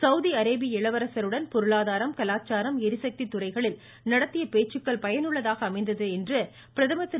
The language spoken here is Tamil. சவுதி அரேபிய இளவரசருடன் பொருளாதாரம் கலாச்சாரம் ளிசக்தி துறைகளில் நடத்திய பேச்சுக்கள் பயனுள்ளதாக அமைந்தது என்றும் திரு